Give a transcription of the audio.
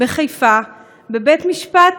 בחיפה, בבית-משפט